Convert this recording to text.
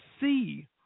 see